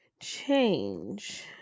Change